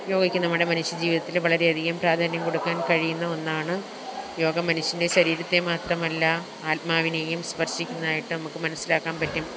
യോഗയ്ക്ക് നമ്മുടെ മനുഷ്യ ജീവിതത്തിൽ വളരെയധികം പ്രാധാന്യം കൊടുക്കാന് കഴിയുന്ന ഒന്നാണ് യോഗ മനുഷ്യന്റെ ശരീരത്തെ മാത്രമല്ല ആത്മാവിനേയും സ്പര്ശിക്കുന്നതായിട്ട് നമുക്ക് മനസ്സിലാക്കാൻ പറ്റും